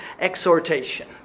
exhortation